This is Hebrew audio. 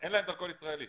ין להם דרכון ישראלי.